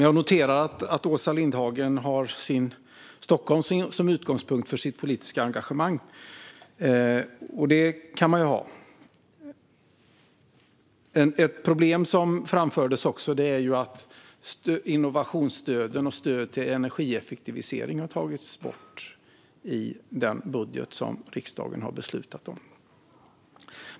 Jag noterar att Åsa Lindhagen har Stockholm som utgångspunkt för sitt politiska engagemang, och det kan man ha. Ett problem som framfördes är att innovationsstöden och stöden till energieffektivisering har tagits bort i den budget som riksdagen har beslutat om.